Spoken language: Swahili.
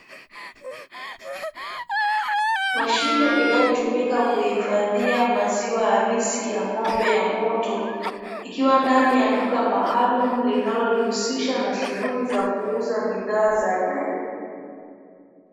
Mashine inayotumika kuifadhia maziwa halisi ya ng'ombe ya moto, ikiwa ndani duka maalumu linalojiusisha na shughuli za kuuza bidhaa za aina hiyo.